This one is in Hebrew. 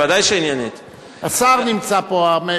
השר נמצא פה.